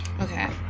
Okay